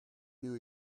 new